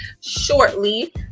shortly